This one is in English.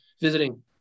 visiting